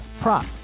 prop